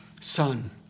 Son